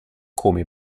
come